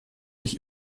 ich